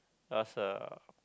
cause uh